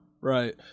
Right